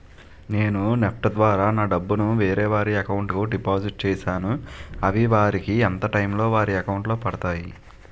నేను నెఫ్ట్ ద్వారా నా డబ్బు ను వేరే వారి అకౌంట్ కు డిపాజిట్ చేశాను అవి వారికి ఎంత టైం లొ వారి అకౌంట్ లొ పడతాయి?